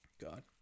God